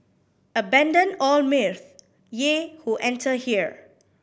abandon all mirth ye who enter here